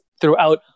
throughout